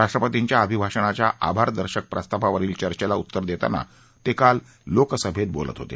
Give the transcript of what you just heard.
राष्ट्रपतींच्या अभिभाषणाच्या आभारदर्शक प्रस्तावावरील चर्चेला उत्तर देताना ते काल लोकसभेत बोलत होते